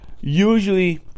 usually